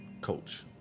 coach